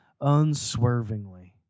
unswervingly